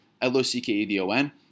L-O-C-K-E-D-O-N